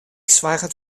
soarget